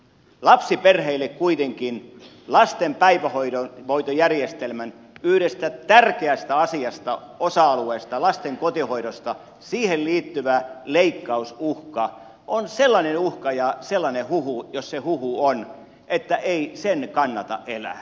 lapsiperheille kuitenkin lasten päivähoitojärjestelmän yhteen tärkeään asiaan osa alueeseen lasten kotihoitoon liittyvä leikkausuhka on sellainen uhka ja sellainen huhu jos se huhu on että ei sen kannata elää